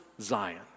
Zion